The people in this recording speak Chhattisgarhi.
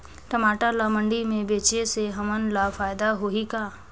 टमाटर ला मंडी मे बेचे से हमन ला फायदा होही का?